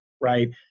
right